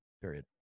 Period